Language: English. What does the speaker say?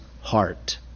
heart